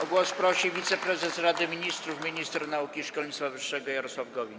O głos prosi wiceprezes Rady Ministrów, minister nauki i szkolnictwa wyższego Jarosław Gowin.